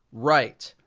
right,